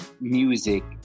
music